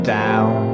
down